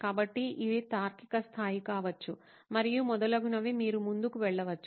కాబట్టి ఇది తార్కిక స్థాయి కావచ్చు మరియు మొదలగునవి మీరు ముందుకు వెళ్ళవచ్చు